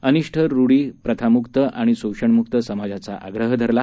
अनिष्ट रुढी प्रथामुक्त आणि शोषणमुक्त समाजाचा आग्रह धरला